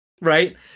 Right